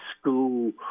school